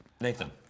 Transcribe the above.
Nathan